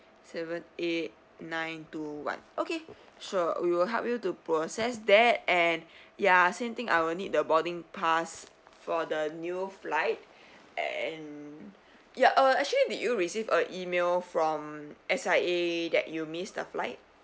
seven eight nine two one okay sure we will help you to process that and ya same thing I will need the boarding pass for the new flight and ya uh actually did you receive a email from S_I_A that you missed the flight